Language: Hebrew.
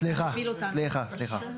סליחה, סליחה.